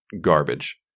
garbage